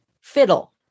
fiddle